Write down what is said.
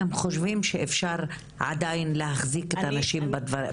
אני חושבת שהם חושבים שאפשר עדיין להחזיק את האנשים בתנאים האלה.